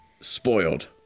spoiled